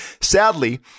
Sadly